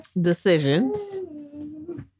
decisions